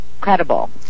credible